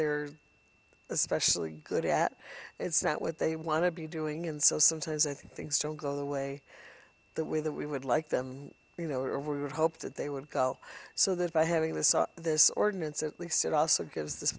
they're especially good at it's not what they want to be doing and so sometimes i think things still go the way the way that we would like them you know or we would hope that they would go so that by having this this ordinance at least it also gives the